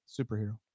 superhero